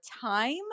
time